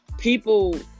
People